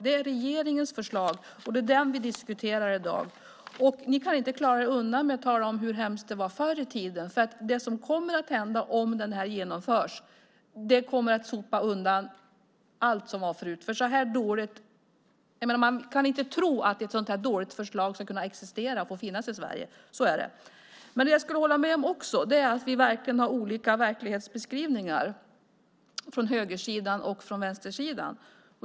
Det är regeringens förslag, och det är det vi diskuterar i dag. Ni kan inte klara er undan med att tala om hur hemskt det var förr i tiden. Det som kommer att hända om det här genomförs kommer att sopa undan allt som var förut. Man kan inte tro att ett sådant här dåligt förslag ska kunna existera, få finnas i Sverige. Så är det. Men det som jag skulle hålla med om också är att vi har olika verklighetsbeskrivningar från högersidan och från vänstersidan.